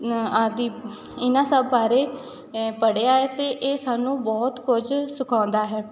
ਆਦਿ ਇਹਨਾਂ ਸਭ ਬਾਰੇ ਪੜ੍ਹਿਆ ਹੈ ਅਤੇ ਇਹ ਸਾਨੂੰ ਬਹੁਤ ਕੁਝ ਸਿਖਾਉਂਦਾ ਹੈ